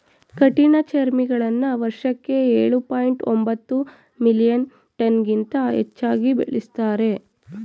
ಕಠಿಣಚರ್ಮಿಗಳನ್ನ ವರ್ಷಕ್ಕೆ ಎಳು ಪಾಯಿಂಟ್ ಒಂಬತ್ತು ಮಿಲಿಯನ್ ಟನ್ಗಿಂತ ಹೆಚ್ಚಾಗಿ ಬೆಳೆಸ್ತಾರೆ